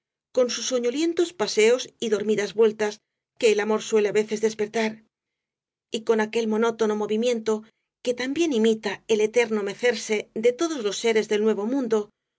con sus soñolientos paseos y dormidas vueltas que el amor suele á veces despertar y con aquel monótono movimiento que tan bien imita el eterno mecerse de todos los seres del nuevo mundo